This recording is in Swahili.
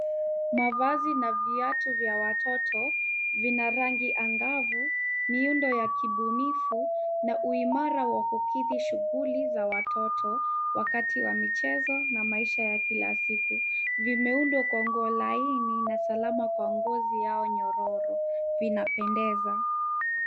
Mavazi na viatu vya watoto vina rangi angavu, miundo ya kibunifu na uimara wa kukidhi shughuli za watoto wakati wa michezo na maisha ya kila siku. Vimeundwa kwa nguo laini na salama kwa ngozi yao nyororo. Vinapendeza.